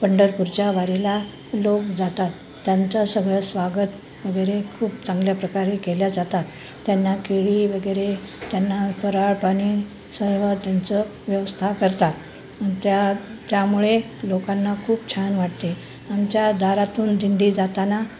पंढरपूरच्या वारीला लोक जातात त्यांचं सगळं स्वागत वगैरे खूप चांगल्या प्रकारे केल्या जातात त्यांना केळी वगैरे त्यांना फराळ पाणी सर्व त्यांचं व्यवस्था करतात त्या त्यामुळे लोकांना खूप छान वाटते आमच्या दारातून दिंडी जाताना